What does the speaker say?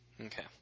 Okay